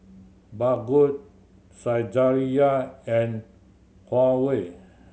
Baggu Saizeriya and Huawei